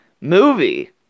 movie